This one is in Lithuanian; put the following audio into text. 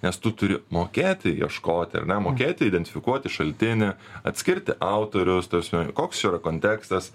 nes tu turi mokėti ieškoti ar ne mokėti identifikuoti šaltinį atskirti autorius tapasme koks yra kontekstas